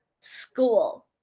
school